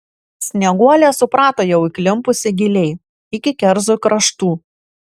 snieguolė suprato jau įklimpusi giliai iki kerzų kraštų